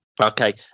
Okay